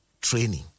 training